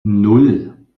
nan